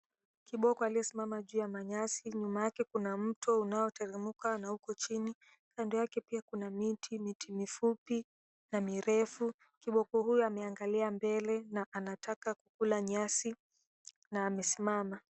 Kiboko aliyesimama kwenye nyasi mbali kuna mto unao teremka chini na yake kuna miti mifupi na mirefu huku akiwa ameangalia mbele na anataka kukula nyasi na ame simama.